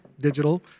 digital